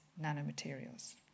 nanomaterials